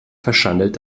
verschandelt